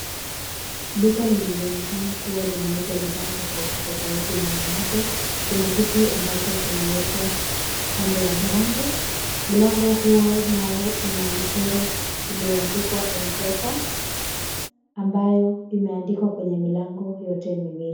Duka linalo onekana kuwa linauza bidhaa tofauti tofauti ndani yake. Kuna kiti ambacho kimewekwa kando ya mlango, mlango huo una michoro iliyoandikwa MPESA ambayo imeandikwa kwenye mlango yote miwili.